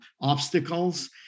obstacles